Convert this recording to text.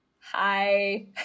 Hi